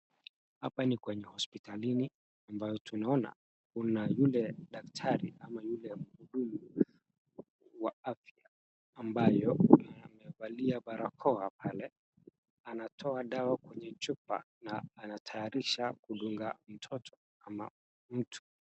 Hapa ni kwenye hospitalini ambayo tunaona kuna yule daktari ama yule mhudumu wa afya ambayo amevalia barakoa pale anatoa dawa kwenye chupa na anatayarisha kudunga mtoto ama mtu.